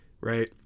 right